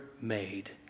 made